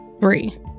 three